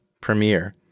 Premiere